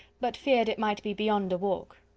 but feared it might be beyond a walk.